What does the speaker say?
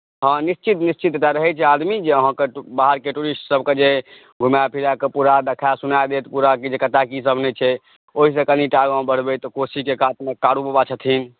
हँ निश्चित एतय रहैत छै आदमी जे अहाँकेँ बाहरके टूरिस्ट सभकेँ जे घुमा फिराके पूरा देखा सुना देत कि कतय कीसभ नहि छै ओहिसँ कनिटा आगाँ बढ़बै तऽ कोशीकेँ कातमे कारूबाबा छथिन